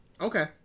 Okay